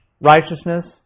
righteousness